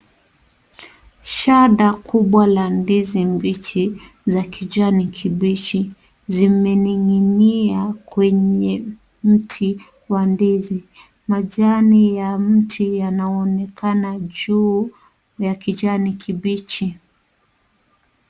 Shada kubwa la ndizi mbichi za kijani kibichi, zimening'inia kwenye mti wa ndizi. Majani ya mti yanaonekana juu ya kijani kibichi.